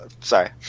Sorry